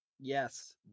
Yes